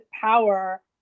power